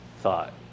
thought